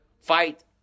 fight